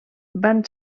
van